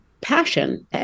passion